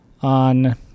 on